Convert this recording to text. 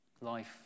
Life